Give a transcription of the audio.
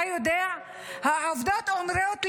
אתה יודע שהעובדות אומרות לי: